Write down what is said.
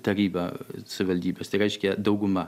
taryba savivaldybės tai reiškia dauguma